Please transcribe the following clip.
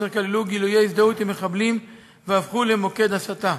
אשר כללו גילויי הזדהות עם מחבלים והפכו למוקד הסתה.